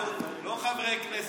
אנחנו לא חברי כנסת.